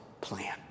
plan